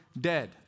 dead